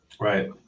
right